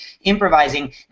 improvising